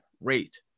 rate